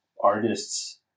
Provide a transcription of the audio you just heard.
artists